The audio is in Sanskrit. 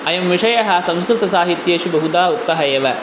अयं विषयः संस्कृतसाहित्येषु बहुधा उक्तः एव